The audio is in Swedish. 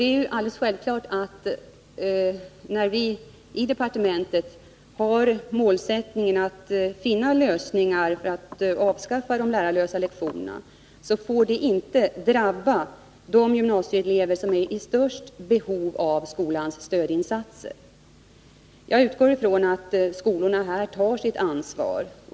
Det är alldeles självklart att när vi i departementet har målsättningen att finna lösningar för att avskaffa de lärarlösa lektionerna, så får detta inte drabba de gymnasieelever som är i störst behov av skolans stödinsatser. Jag utgår från att skolorna här tar sitt ansvar.